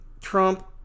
Trump